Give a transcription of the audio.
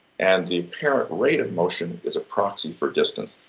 and the apparent rate of motion is a proxy for distance,